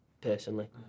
personally